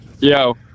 Yo